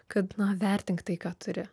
kad na vertink tai ką turi